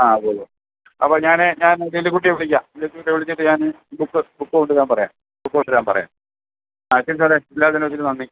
ആ അതെ അതെ അപ്പോൾ ഞാനേ ഞാൻ ലില്ലിക്കുട്ടിയെ വിളിക്കാം ലില്ലിക്കുട്ടിയെ വിളിച്ചിട്ട് ഞാൻ ബുക്ക് ബുക്ക് കൊണ്ടുവരാൻ പറയാം ബുക്ക് കൊണ്ടുവരാൻ പറയാം ആ ശരി സാറെ എല്ലാ സഹകരണത്തിനും നന്ദി